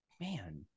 man